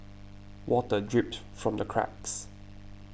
water drips from the cracks